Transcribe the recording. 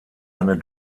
eine